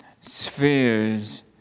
spheres